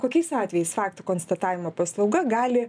kokiais atvejais faktų konstatavimo paslauga gali